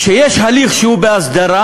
כשיש הליך שהוא בהסדרה,